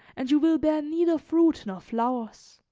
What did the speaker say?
and you will bear neither fruit nor flowers.